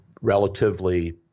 relatively